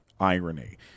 irony